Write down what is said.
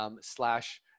slash